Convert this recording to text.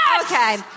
Okay